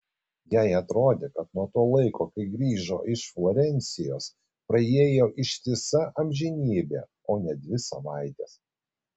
jai atrodė kad nuo to laiko kai grįžo iš florencijos praėjo ištisa amžinybė o ne dvi savaitės